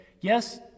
yes